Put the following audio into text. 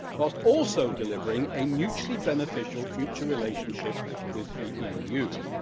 whilst also delivering a mutually beneficial future relationship with the eu.